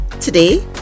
Today